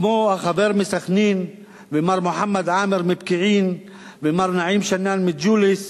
כמו החבר מסח'נין ומר מוחמד עמאר מפקיעין ומר נעים שנאן מג'וליס,